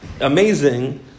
amazing